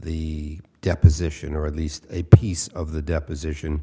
the deposition or at least a piece of the deposition